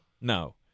no